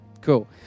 cool